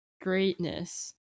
greatness